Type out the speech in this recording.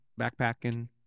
backpacking